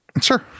Sure